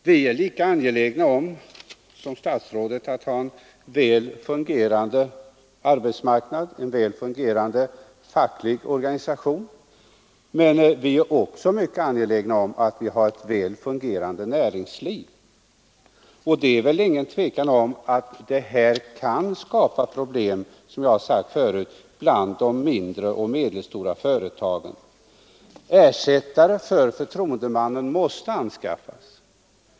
Vi är lika angelägna som statsrådet om att ha en väl fungerande arbetsmarknad och väl fungerande fackliga organisationer. Men vi är också mycket angelägna om att ha ett väl fungerande näringsliv. Det är väl ingen tvekan om att dessa lagar kan skapa problem, som jag har sagt förut, bland mindre och medelstora företag. Ersättare för förtroendemannen måste anskaffas.